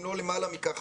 אם לא למעלה מכך,